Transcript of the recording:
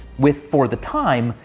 with, for the time,